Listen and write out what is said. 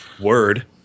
word